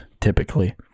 typically